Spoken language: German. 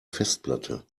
festplatte